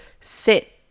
sit